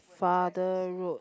father road